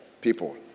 people